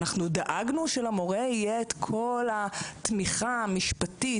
אנחנו דאגנו שלמורה יהיה את כל התמיכה המשפטית,